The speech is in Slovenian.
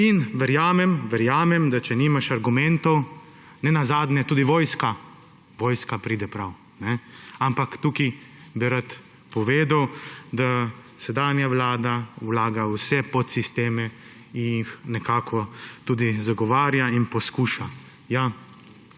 In verjamem, verjamem, da če nimaš argumentov, nenazadnje tudi vojska, vojska pride prav. Ampak tukaj bi rad povedal, da sedanja vlada vlaga v vse podsisteme in jih nekako tudi zagovarja in poskuša.